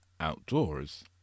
outdoors